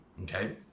okay